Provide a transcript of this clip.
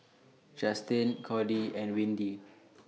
Justin Cordie and Windy